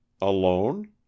Alone